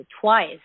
twice